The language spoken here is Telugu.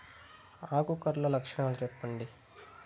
ఆకు కర్ల లక్షణాలు సెప్పండి